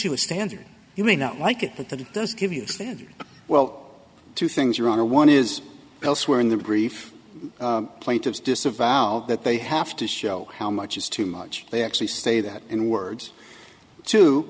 you a standard you may not like it but that it does give you a standard well two things rather one is elsewhere in the brief plaintiff's disavow that they have to show how much is too much they actually say that in words to